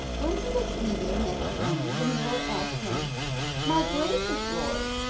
when he was leaving next morning the miller asked him my gracious lord,